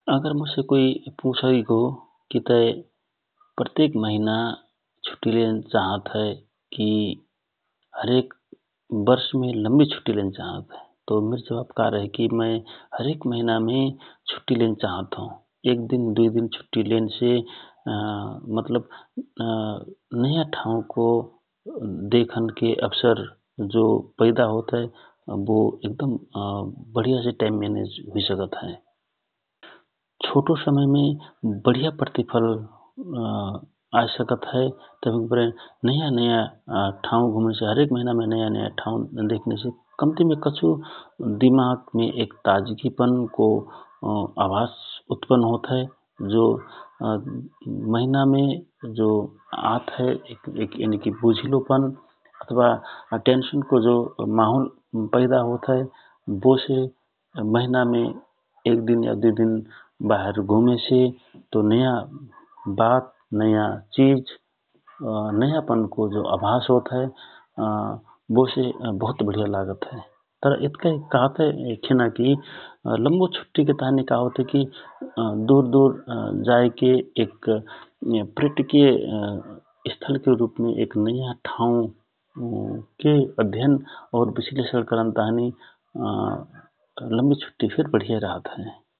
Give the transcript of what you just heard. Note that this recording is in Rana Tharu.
अगर मोसे कोइ पुछैगो कि तय प्रत्येक महिना छुट्टि लेन चाँहत हए कि हरेक वर्षमे लम्बि छुट्टि लेन चाहत हए तव मिर जवाफ का रह्यहए कि हरेक महिना मे छुट्टि लेन चाहत हौ । एक दिन दुइ दिन छुट्टि लेन से मतलब नयाँ ठाउको देखनको अवसर जो पैदा होत हए बो एक दम वढिया से टाइम मिलत हए । छोटो समय मे वढिया प्रतिफल आए सकत हए तवहिक मारे नयाँ नयाँ ठाउ घुमन से कम्तिमे कछु दिमागक मे एक ताजगि पन को अभाव उत्पन्न होत हए । जो महिना मे जो आत हए यानिकि बोझिलो पन अथवा टेन्सनको माहौल विदा होत हए बो से महिना मे एक दिन या दुइ दिन बाहेर घुमन से नयाँ वात नयाँ चिज नयाँ पनको जो अभास होत हए बो से बहुत बढिया लागत हए । तर इतका कहतय खिना कि लम्बो छुट्टिके ताँहि का होत हए कि दुर दुर जाइके प्रटिकिय स्थलके रूपमे एक नयाँ ठाउ के अध्यन और विश्लेषण करन लम्बो छुट्टि फिर बढिया रहत हए ।